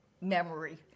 Memory